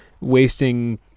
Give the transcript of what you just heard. wasting